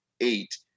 eight